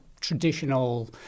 traditional